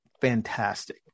fantastic